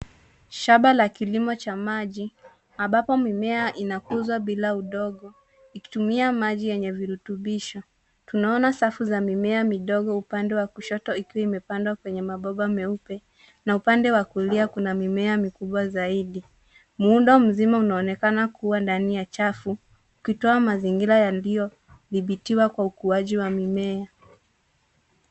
Shamba la kilimo cha maji ambapo mimea inakuzwa bila udongo ikitumia maji yenye virutubisho. Tunaona safu za mimea midogo upande wa kushoto ikiwa imepandwa kwenye mabomba meupe na upande wa kulia kuna mimea mikubwa zaidi. Muundo mzima unaonekana kuwa ndani ya chafu ukitoa mazingira yaliyodhibitiwa kwa ukuaji wa mimea.